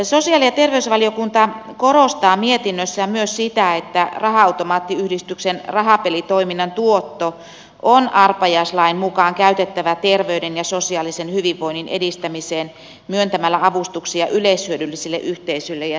sosiaali ja terveysvaliokunta korostaa mietinnössään myös sitä että raha automaattiyhdistyksen rahapelitoiminnan tuotto on arpajaislain mukaan käytettävä terveyden ja sosiaalisen hyvinvoinnin edistämiseen myöntämällä avustuksia yleishyödyllisille yhteisöille ja säätiöille